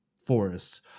forest